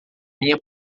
minha